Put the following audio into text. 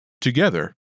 Together